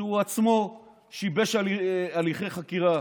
שהוא עצמו שיבש הליכי חקירה.